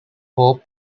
hope